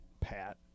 Pat